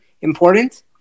important